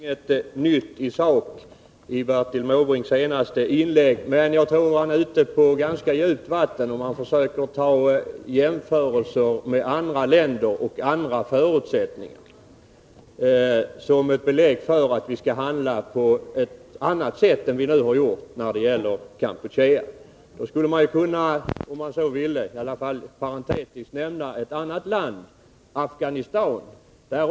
Herr talman! Det fanns inget nytt i sak i Bertil Måbrinks senaste inlägg, men han ger sig ut på ganska djupt vatten om han tar jämförelser med andra länder och andra förutsättningar som ett belägg för att vi bör handla på ett annat sätt än vi nu gjort när det gäller Kampuchea. Då skulle man också kunna nämna ett land som Afghanistan.